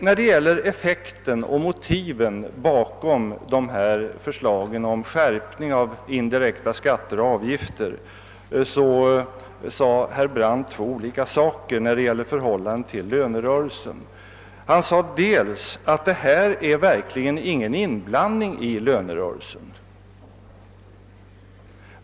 När det gäller effekten och motiven bakom förslagen om skärpning av indirekta skatter och avgifter sade herr Brandt två olika saker i fråga om förhållandet till lönerörelsen. Han sade att det här verkligen inte är någon in blandning i lönerörelsen.